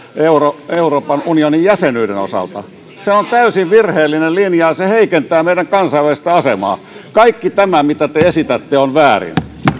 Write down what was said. euroopan euroopan unionin jäsenyyden osalta se on täysin virheellinen linja ja se heikentää meidän kansainvälistä asemaamme kaikki tämä mitä te esitätte on väärin